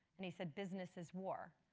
and he said, business is war.